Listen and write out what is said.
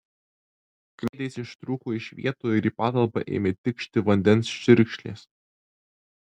kniedės ištrūko iš vietų ir į patalpą ėmė tikšti vandens čiurkšlės